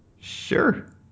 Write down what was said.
Sure